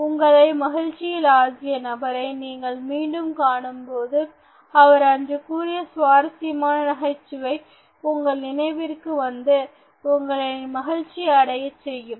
உங்களை மகிழ்ச்சியில் ஆழ்த்திய நபரை நீங்கள் மீண்டும் காணும்பொழுது அவர் அன்று கூறிய சுவாரஸ்யமான நகைச்சுவை உங்கள் நினைவிற்கு வந்து உங்களை மகிழ்ச்சி அடைய செய்யும்